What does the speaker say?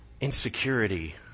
Insecurity